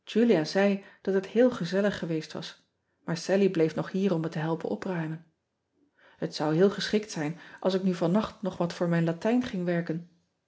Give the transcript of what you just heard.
ulia zei dat het heel gezellig geweest was maar allie bleef nog hier om me te helpen opruimen et zon heel geschikt zijn als ik nu vannacht nog wat voor mijn atijn ging werken